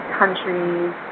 countries